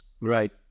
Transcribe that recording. Right